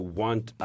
want